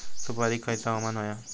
सुपरिक खयचा हवामान होया?